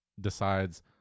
decides